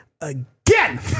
again